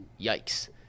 yikes